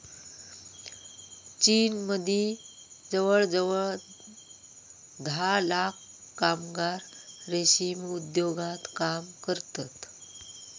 चीनमदी जवळजवळ धा लाख कामगार रेशीम उद्योगात काम करतत